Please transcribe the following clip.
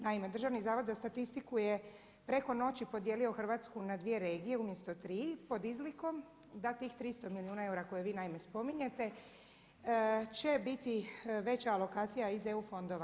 Naime, Državni zavod za statistiku je preko noći podijelio Hrvatsku na dvije regije umjesto na tri pod izlikom da tih 300 milijuna eura koje vi naime spominjete će biti veća alokacija iz EU fondova.